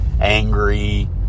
angry